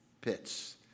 pits